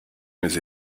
mes